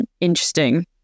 interesting